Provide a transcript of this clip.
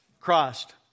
Christ